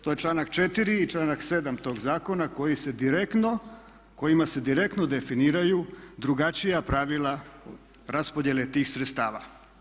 To je članak 4. i članak 7. tog zakona koji se direktno, kojima se direktno definiraju drugačija pravila raspodjele tih sredstava.